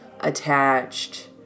attached